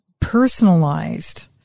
personalized